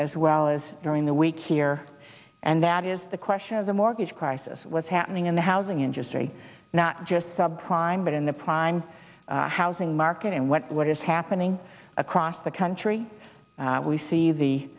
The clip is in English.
as well as during the week here and that is the question of the mortgage crisis was happening in the housing industry not just sub prime but in the prime housing market and what what is happening across the country we see the